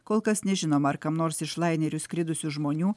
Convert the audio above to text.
kol kas nežinoma ar kam nors iš laineriu skridusių žmonių